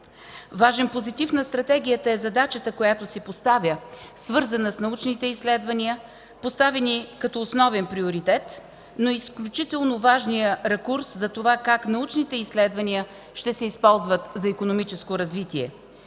Важен позитив на Стратегията е задачата, която си поставя, свързана с научните изследвания, поставени като основен приоритет, но изключително важния ракурс за това как научните изследвания ще се използват за икономическо развитие.